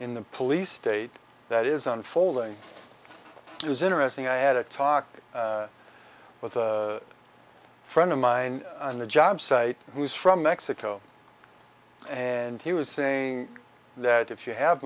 in the police state that is unfolding it was interesting i had a talk with a friend of mine on the jobsite who's from mexico and he was saying that if you have